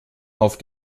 auf